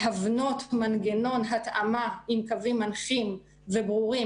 להבנות מנגנון התאמה עם קווים מנחים וברורים